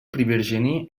привержены